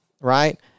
right